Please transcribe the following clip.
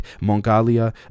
Mongolia